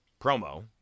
promo